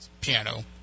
piano